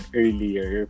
earlier